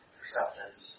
acceptance